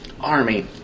army